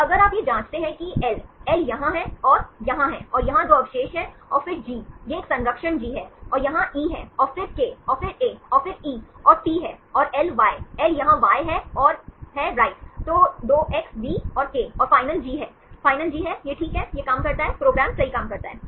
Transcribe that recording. तो अगर आप यह जाँचते हैं कि L L यहाँ है और I यहाँ है और यहाँ 2 अवशेष हैं और फिर G यह एक संरक्षण G है और यहाँ E है और फिर K और फिर A और फिर E और T है और LY L यहां Y है और I है राइट तो 2x V और K और फाइनल G है फाइनल G है यह ठीक है यह काम करता है प्रोग्राम सही काम करता है